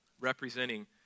representing